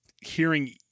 hearing